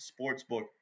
sportsbook